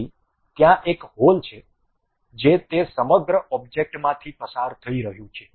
તેથી ત્યાં એક હોલ છે જે તે સમગ્ર ઓબ્જેક્ટ માંથી પસાર થઈ રહ્યું છે